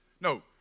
no